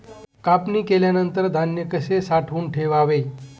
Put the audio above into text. कापणी केल्यानंतर धान्य कसे साठवून ठेवावे?